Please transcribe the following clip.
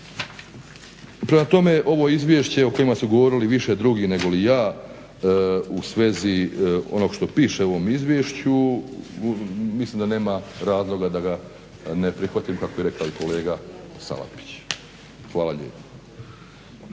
Prema tome, ovo izvješće o kojem su govorili više drugi nego ja u svezi onog što piše u ovom izvješću mislim da nema razloga da ga ne prihvatim kako je rekao i kolega Salapić. Hvala lijepo.